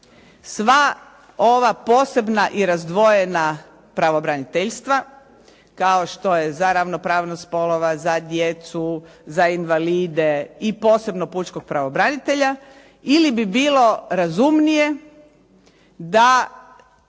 sva ova posebna i razdvojena pravobraniteljstva kao što je za ravnopravnost spolova, za djecu, za invalide i posebno pučkog pravobranitelja ili bi bilo razumnije da